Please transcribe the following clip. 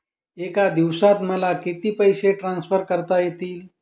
एका दिवसात मला किती पैसे ट्रान्सफर करता येतील?